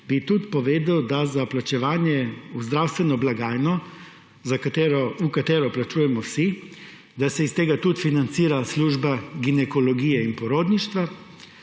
bi tudi povedal, da za plačevanje v zdravstveno blagajno, v katero vplačujemo vsi, da se iz tega tudi financira služba ginekologije in porodništva,